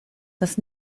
das